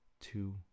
two